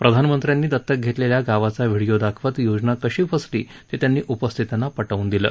प्रधानमंत्र्यांनी दत्तक धेतलेल्या गावाचा व्हिडिओ दाखवत योजना कशी फसली ते त्यांनी उपस्थितांना पटवून दिलं